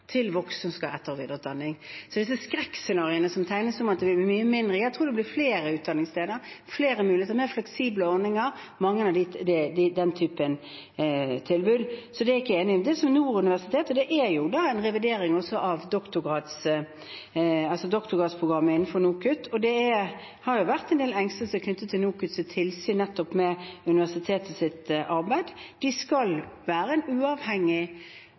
som skal ha etter- og videreutdanning. Så jeg er ikke enig i de skrekkscenarioene som tegnes, om at det vil bli mye mindre. Jeg tror det blir flere utdanningssteder, flere muligheter, mer fleksible ordninger, mange av den typen tilbud. Men til det som gjelder Nord universitet: Det er en revidering også av doktorgradsprogrammet innenfor NOKUT, og det har vært en del engstelse knyttet til NOKUTs tilsyn med universitetets arbeid. De skal være en uavhengig